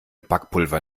backpulver